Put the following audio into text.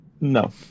no